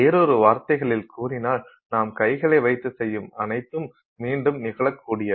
வேறு வார்த்தைகளில் கூறினால் நாம் கைகளை வைத்து செய்யும் அனைத்தும் மீண்டும் நிகழ கூடியது